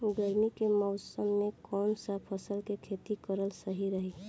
गर्मी के मौषम मे कौन सा फसल के खेती करल सही रही?